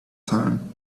time